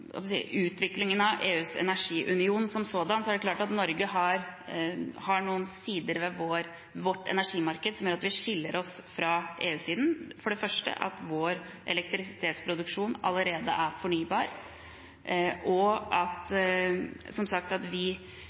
utviklingen av EUs energiunion som sådan, er det klart at vi har noen sider ved vårt energimarked som gjør at vi skiller oss fra EU-siden – for det første at vår elektrisitetsproduksjon allerede er fornybar, og at vi som sagt